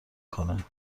کنه